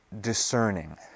discerning